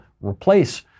replace